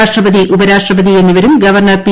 രാഷ്ട്രപതി ഉപരാഷ്ട്രപതി എന്നിവരും ഗവർണ്ണർ പി